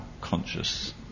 conscious